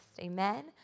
Amen